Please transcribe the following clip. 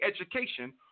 education